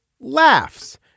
Laughs